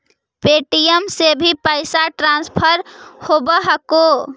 Paytm से भी पैसा ट्रांसफर होवहकै?